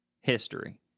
history